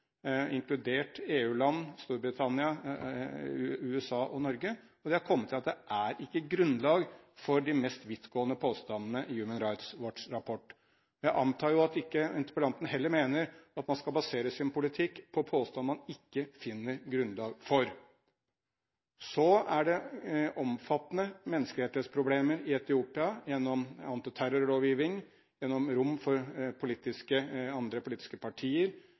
inkludert EU-land, Storbritannia, USA og Norge. De har kommet til at det ikke er grunnlag for de mest vidtgående påstandene i Human Rights Watchs rapport. Jeg antar at interpellanten heller ikke mener at man skal basere sin politikk på påstander man ikke finner grunnlag for. Så er det omfattende menneskerettighetsproblemer i Etiopia gjennom antiterrorlovgivning, gjennom rom for andre politiske partier,